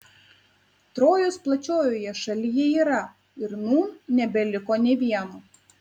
trojos plačiojoje šalyje yra ir nūn nebeliko nė vieno